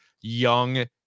young